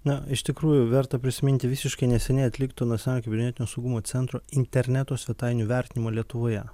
na iš tikrųjų verta prisiminti visiškai neseniai atlikto nacionalinio kibernetinio saugumo centro interneto svetainių vertinimo lietuvoje